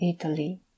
Italy